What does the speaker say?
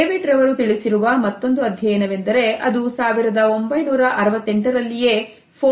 David ರವರು ತಿಳಿಸಿರುವ ಮತ್ತೊಂದು ಅಧ್ಯಯನವೆಂದರೆ ಅದು 1968 ರಲ್ಲಿಯೇ Fortson ಮತ್ತು Larson ರವರು ನಡೆಸಿದ್ದು